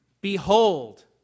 Behold